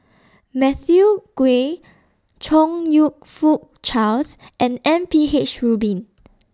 Matthew Ngui Chong YOU Fook Charles and M P H Rubin